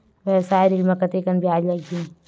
व्यवसाय ऋण म कतेकन ब्याज लगही?